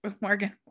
Morgan